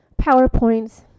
PowerPoints